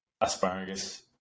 asparagus